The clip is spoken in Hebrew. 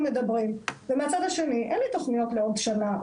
מדברים ומהצד השני אין לי תוכניות לעוד שנה,